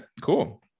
cool